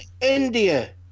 India